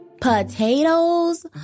Potatoes